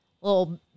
little